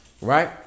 Right